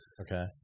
Okay